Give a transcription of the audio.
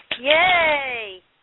Yay